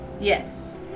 Yes